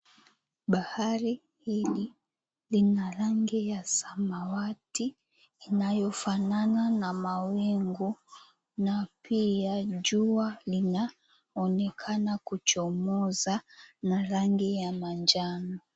Bahari hili lina rangi ya samawati inayofanana na mawingu na pia jua linaonekana kuchomoza na rangi ya manjano.